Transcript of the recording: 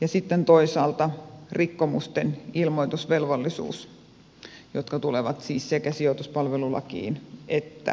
ja sitten toisaalta rikkomusten ilmoitusvelvollisuus jotka tulevat siis sekä sijoituspalvelulakiin että luottolaitoslakiin